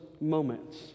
moments